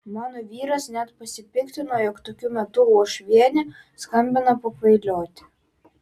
mano vyras net pasipiktino jog tokiu metu uošvienė skambina pakvailioti